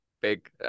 Big